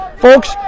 Folks